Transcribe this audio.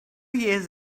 years